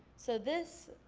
so this,